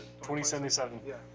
2077